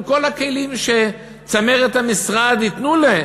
עם כל הכלים שצמרת המשרד תיתן להם,